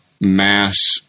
mass